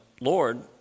Lord